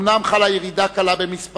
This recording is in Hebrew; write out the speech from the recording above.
אומנם חלה ירידה קלה במספרן,